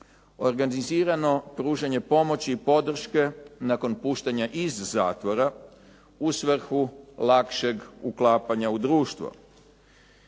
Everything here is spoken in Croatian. Organizirano pružanje pomoći i podrške nakon puštanja iz zatvora u svrhu lakšeg uklapanja u društvo.